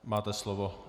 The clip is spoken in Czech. Máte slovo.